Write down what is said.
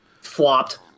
flopped